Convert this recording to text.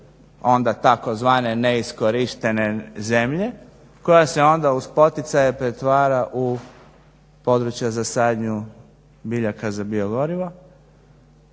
onda tzv. neiskorištene zemlje koja se onda uz poticaje pretvara u područja za sadnju biljaka za biogorivo